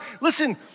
Listen